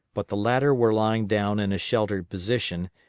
but the latter were lying down in a sheltered position,